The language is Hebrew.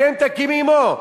הקם תקים עמו.